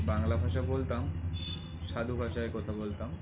বাংলা ভাষা বলতাম সাধু ভাষায় কথা বলতাম